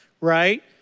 right